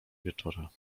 wieczora